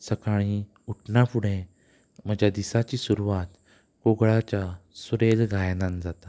सकाळीं उठना फुडें म्हज्या दिसाची सुरवात कोगळाच्या सुरेल गायनान जाता